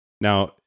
Now